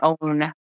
own